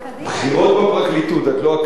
בכירות בפרקליטות, את לא עקבת.